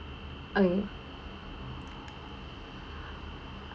okay